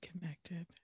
connected